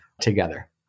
together